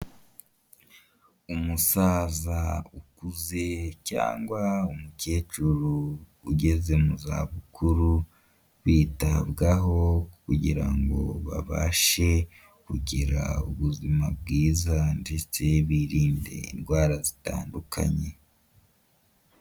Umusaza ukuze cyangwa umukecuru ugeze mu za bukuru, bitabwaho kugira ngo babashe kugira ubuzima bwiza ndetse birinde indwara zitandukanye.